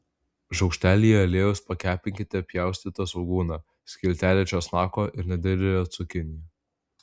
šaukštelyje aliejaus pakepinkite pjaustytą svogūną skiltelę česnako ir nedidelę cukiniją